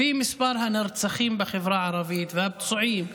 לפי מספר הנרצחים בחברה הערבית והפצועים,